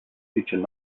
feature